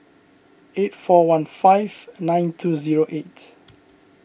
eight four one five nine two zero eight